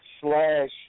slash